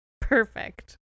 Perfect